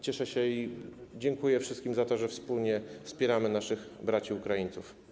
Cieszę się i dziękuję wszystkim za to, że wspólnie wspieramy naszych braci Ukraińców.